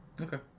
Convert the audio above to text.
Okay